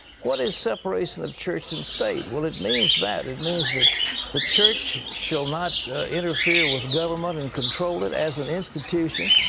what is separation of church and state? well, it means that. it means that the church shall not interfere with government and control it as an institution.